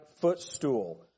footstool